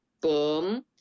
boom